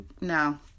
no